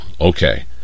okay